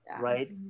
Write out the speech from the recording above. Right